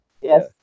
Yes